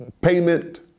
payment